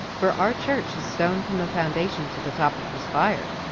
for our church is stone from the foundation to the top of the spire.